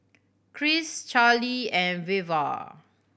Cris Charlie and Veva